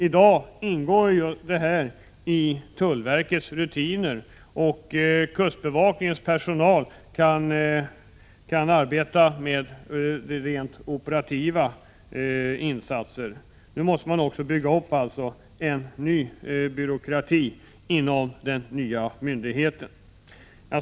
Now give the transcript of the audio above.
I dag ingår denna administration i tullverkets rutiner, och kustbevakningens personal kan arbeta med rent operativa insatser. Inom den nya myndigheten måste man bygga upp en ny byråkrati.